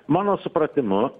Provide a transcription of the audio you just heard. mano supratimu